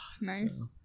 Nice